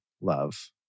love